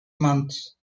months